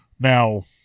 Now